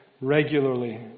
regularly